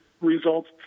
results